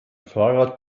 fahrrad